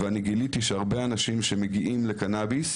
וגיליתי שהרבה אנשים שמגיעים לקנביס,